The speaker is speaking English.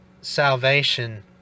salvation